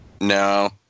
No